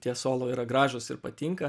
tie solo yra gražūs ir patinka